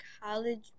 college